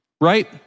Right